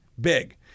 big